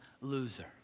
loser